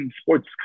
sports